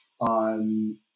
on